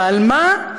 ועל מה?